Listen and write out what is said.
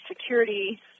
security